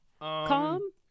calm